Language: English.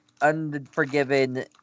Unforgiven